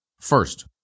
first